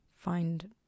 find